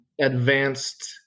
advanced